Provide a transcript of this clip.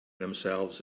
themselves